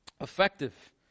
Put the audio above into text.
effective